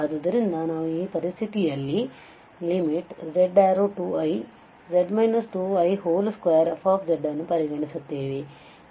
ಆದ್ದರಿಂದ ನಾವು ಈ ಪರಿಸ್ಥಿತಿಯಲ್ಲಿ ಈ z→2iz 2i2fಅನ್ನು ಪರಿಗಣಿಸುತ್ತೇವೆ